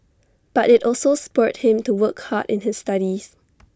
but IT also spurred him to work hard in his studies